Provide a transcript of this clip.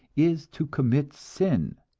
is to commit sin.